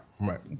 Right